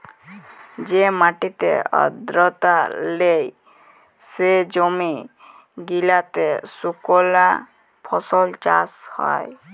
যে মাটিতে আদ্রতা লেই, সে জমি গিলাতে সুকনা ফসল চাষ হ্যয়